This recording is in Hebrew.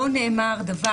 לא נאמר דבר,